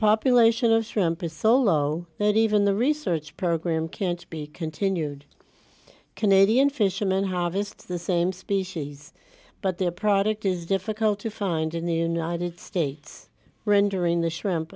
population of this ramp is so low that even the research program can't be continued canadian fishermen how obvious the same species but their product is difficult to find in the united states rendering the shrimp